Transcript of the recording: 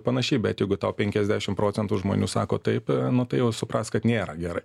panašiai bet jeigu tau penkiasdešim procentų žmonių sako taip nu tai jau suprask kad nėra gerai